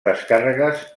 descàrregues